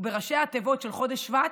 ובראשי התיבות של חודש שבט: